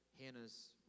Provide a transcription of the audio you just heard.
Hannah's